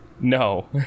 No